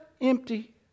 empty